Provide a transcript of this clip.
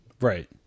right